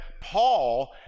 Paul